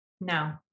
no